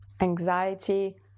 anxiety